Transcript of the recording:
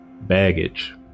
baggage